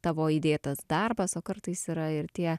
tavo įdėtas darbas o kartais yra ir tie